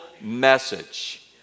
message